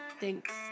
Thanks